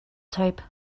type